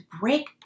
break